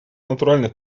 натуральных